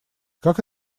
как